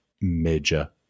major